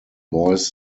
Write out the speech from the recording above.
boys